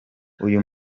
uyu